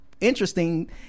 interesting